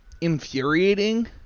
infuriating